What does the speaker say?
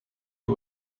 you